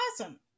Awesome